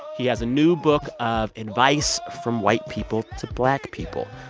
he has a new book of advice from white people to black people.